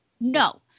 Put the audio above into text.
no